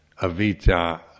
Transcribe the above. avita